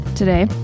today